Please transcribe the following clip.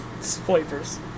flavors